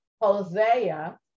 Hosea